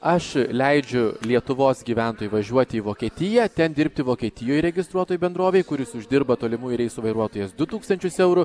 aš leidžiu lietuvos gyventojui važiuoti į vokietiją ten dirbti vokietijoje registruotoj bendrovėj kuris jis uždirba tolimųjų reisų vairuotojas du tūkstančius eurų